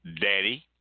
Daddy